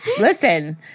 Listen